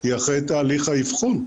מה המגבלות של המודל